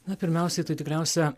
na pirmiausiai tai tikriausia